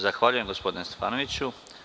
Zahvaljujem, gospodine Stefanoviću.